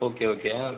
okay okay